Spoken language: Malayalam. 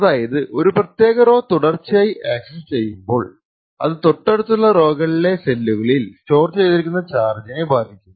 അതായത് ഒരു പ്രത്യാക റൊ തുടർച്ചയായി അക്സസ്സ് ചെയ്യുമ്പോൾഅത് തൊട്ടടുത്തുള്ള റൊ കളിലെ സെല്ലുകളിൽ സ്റ്റോർ ചെയ്തിരിക്കുന്ന ചാർജിനെ ബാധിക്കും